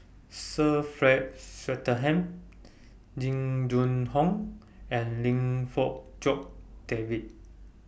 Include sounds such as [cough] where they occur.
[noise] Sir Frank Swettenham Jing Jun Hong and Lim Fong Jock David